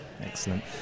Excellent